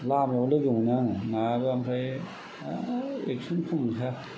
लामायाव लोगोमोनो आङो नायाबो आमफ्राय हाब ओरै एक्स'नि खम मोनखाया